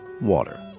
Water